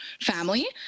family